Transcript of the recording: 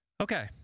okay